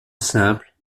simple